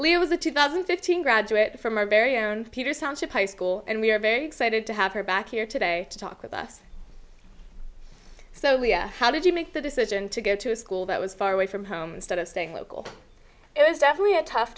lee it was a two thousand and fifteen graduate from our very own peter sonship high school and we're very excited to have her back here today to talk with us so how did you make the decision to go to a school that was far away from home instead of staying local it was definitely a tough